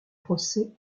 procès